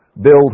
Build